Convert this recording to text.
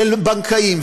של בנקאים,